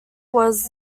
was